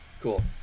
Cool